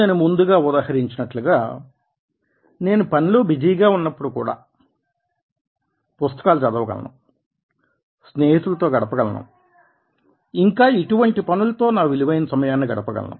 నేను ముందుగా ఉదహరించినట్లుగా నేను పనిలో బిజీగా ఉన్నప్పుడు కూడా పుస్తకాలు చదవగలను స్నేహితులతో గడప గలను ఇంకా ఇటువంటి పనులతో నా విలువైన సమయాన్ని గడప గలను